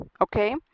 okay